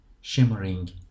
shimmering